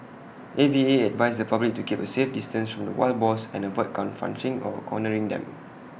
A V A advised the public to keep A safe distance from the wild boars and avoid confronting or cornering them